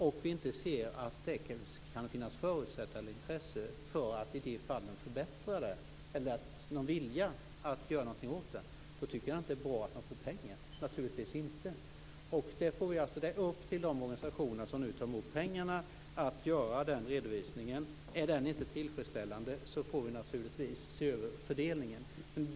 Om vi inte ser att det kan finnas förutsättningar eller intresse för att i de fallen åstadkomma en förbättring eller en vilja att göra något åt detta tycker jag naturligtvis inte att det är bra att de får pengar. Det är alltså upp till de organisationer som nu tar emot pengarna att göra en sådan redovisning. Om den inte är tillfredssställande får vi se över fördelningen.